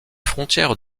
frontières